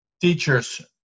teachers